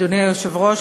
אדוני היושב-ראש,